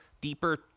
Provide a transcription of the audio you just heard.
deeper